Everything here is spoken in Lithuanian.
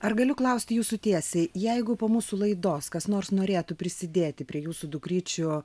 ar galiu klausti jūsų tiesiai jeigu po mūsų laidos kas nors norėtų prisidėti prie jūsų dukryčių